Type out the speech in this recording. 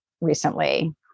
recently